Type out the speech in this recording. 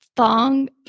Thong